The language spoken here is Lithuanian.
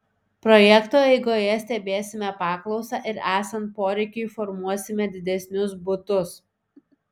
projekto eigoje stebėsime paklausą ir esant poreikiui formuosime didesnius butus